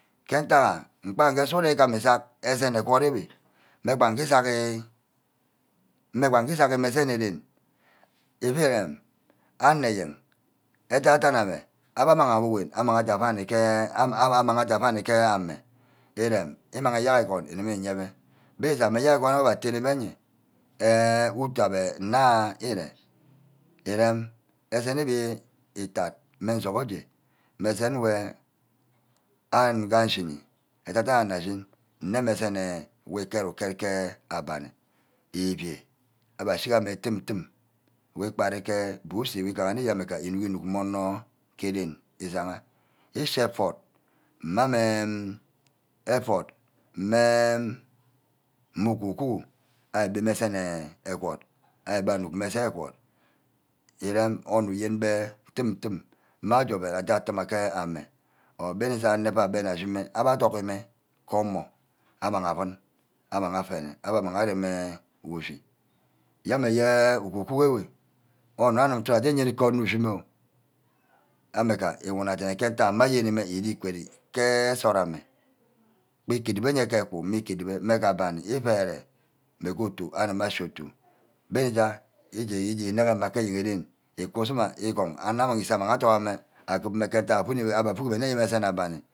Ntack ha gba nge sughuren ugam isack esene egwort ewe mme gba ngu isacki, isacki esene eren, etu rem anor ayen adah-dam ame abha amang awu wem amang aje avani ke abha amangi aje avani ke ame, irem imangha eyerk egwon iki yebeh bah igaha eyerk egwon abba tene mme eyeah, eh utu abbe nna ere irem esene ebi etat mmesughodey mme asue wey anim nga nshini, mme adan-dan onor ashin nne mme esene wu iket-uket ke abani evi-vai abbe ashinege tum-tum wu ikpere ke busi wu iganne inuck inuck inuck mme onor ke ren isagha eshi eford mme ame eford oku-ku abbe beh meg esene egwort, abbe beh anug sai egwort urem onor uyenbeh tum-tum, mme aje oven aje aduma ke ame, igaha onor mbe nna ashime abbe aduck gi omor amang aven, amang afene abbe amang arem ushi, nyameh nne uka-ku ewe onor nne anim mfait nyene kubo onor ushi mme oh amaga iwona dene mme ayene mme ire quere ke nsort ama, mme iki irem-me-nne ke eku, meme-uku rume meh ke abani ivere mme ke otu arime ashi otu gbaja usa negge ke eyen ren, iku sagha igon, anor amag ise adopbi mme, mme ntack abbe avuck mme nne esen abani.